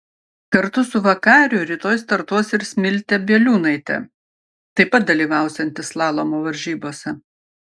kartu su vakariu rytoj startuos ir smiltė bieliūnaitė taip pat dalyvausianti slalomo varžybose